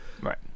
right